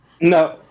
No